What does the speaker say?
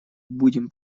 будем